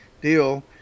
deal